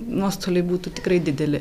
nuostoliai būtų tikrai dideli